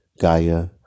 Gaia